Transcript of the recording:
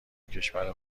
کشور